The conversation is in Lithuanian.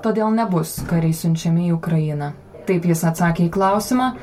todėl nebus kariai siunčiami į ukrainą taip jis atsakė į klausimą